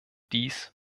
dies